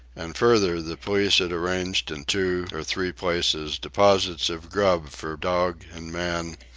and further, the police had arranged in two or three places deposits of grub for dog and man,